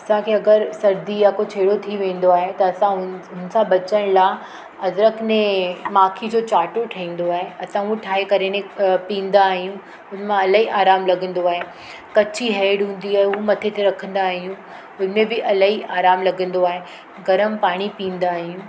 असांखे अगरि सर्दी या कुझु अहिड़ो थी वेंदो आहे त असां उन हुनसां बचण लाइ अदरक में माखी जो चाटो ठहींदो आहे असां हूअ ठाहे करे ने पीअंदा आहियूं उनमां इलाही आराम लॻंदो आहे कची हैड हूंदी आहे उहो मथे ते रखंदा आहियूं हुनमें बि इलाही आराम लॻंदो आहे गरम पाणी पीअंदा आहियूं